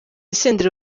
senderi